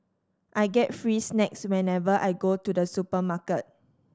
I get free snacks whenever I go to the supermarket